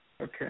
Okay